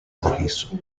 rojizo